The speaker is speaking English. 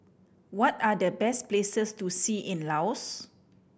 what are the best places to see in Laos